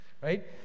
Right